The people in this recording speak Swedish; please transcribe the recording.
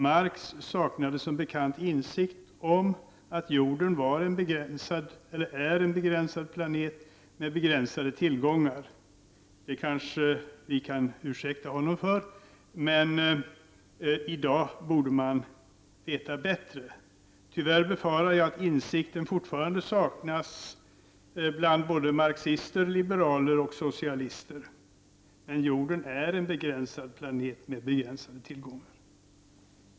Marx saknade som bekant insikt om att jorden är en begränsad planet med begränsade tillgångar. Det kanske vi kan ursäkta honom för, men i dag borde man veta bättre. Tyvärr befarar jag att den insikten fortfarande saknas bland både marxister, liberaler och socialister. Men jorden har begränsade tillgångar.